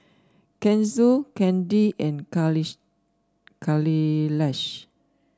Kanshi Chandi and Kailash